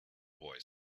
boy